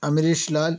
Amaresh Lal